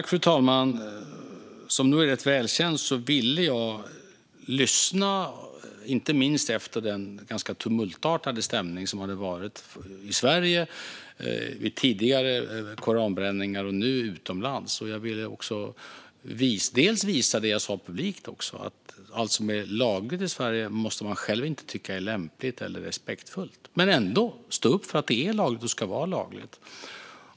Fru talman! Som är rätt välkänt ville jag lyssna, inte minst efter den ganska tumultartade stämning som hade varit i Sverige vid tidigare koranbränningar och nu utomlands. Jag ville också dels visa det jag sa publikt, att allt som är lagligt i Sverige måste man själv inte tycka är lämpligt eller respektfullt, dels ändå stå upp för att det är lagligt och ska vara lagligt.